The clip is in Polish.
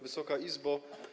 Wysoka Izbo!